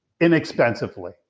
inexpensively